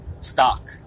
stock